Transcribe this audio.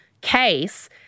case